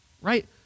Right